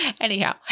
Anyhow